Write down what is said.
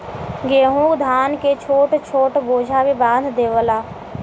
गेंहू धान के छोट छोट बोझा भी बांध देवला